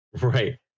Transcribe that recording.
right